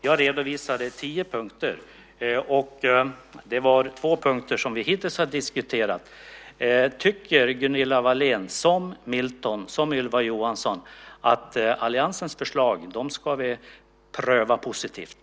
Jag redovisade tio punkter, och vi har hittills diskuterat två punkter. Tycker Gunilla Wahlén, som Milton och Ylva Johansson, att alliansens förslag ska prövas positivt?